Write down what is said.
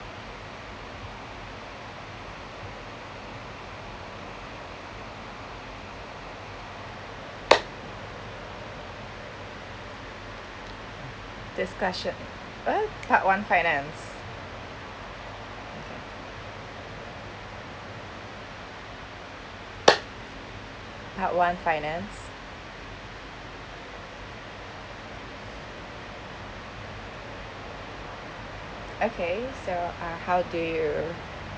discussion uh part one finance part one finance okay so uh how do you